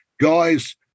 Guys